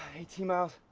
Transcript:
eighteen miles,